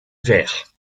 vert